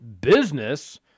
business